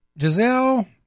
Giselle